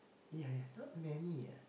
ya ya not many ah